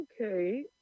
okay